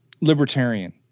libertarian